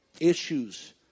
issues